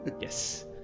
Yes